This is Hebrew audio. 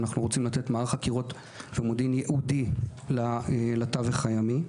אבל אנחנו רוצים לתת מערך חקירות ומודיעין ייעודי לתווך הימי.